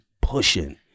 pushing